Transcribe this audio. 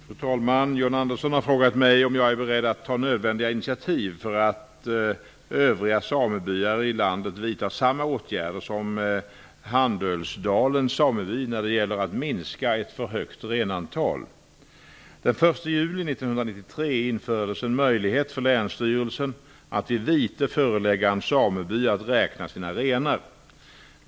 Fru talman! John Andersson har frågat mig om jag är beredd att ta nödvändiga initiativ för att övriga samebyar i landet vidtar samma åtgärder som Handölsdalens sameby när det gäller att minska ett för högt renantal. Den 1 juli 1993 infördes en möjlighet för länsstyrelsen att vid vite förelägga en sameby att räkna sina renar.